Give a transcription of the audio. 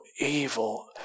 evil